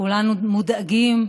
כולנו מודאגים,